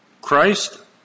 Christ